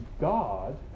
God